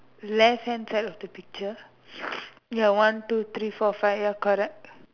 left hand side of the picture ya one two three four five ya correct